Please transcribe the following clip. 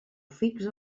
fix